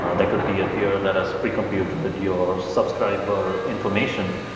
ah that could be a tier that has pre-computed your subscriber information.